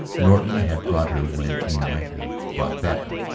norton had brought her when he might have brought patten.